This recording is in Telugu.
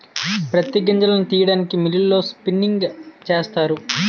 ప్రత్తి నుంచి గింజలను తీయడానికి మిల్లులలో స్పిన్నింగ్ చేస్తారు